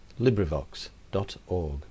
LibriVox.org